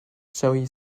joey